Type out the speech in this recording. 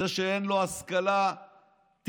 זה שאין לו השכלה תיכונית,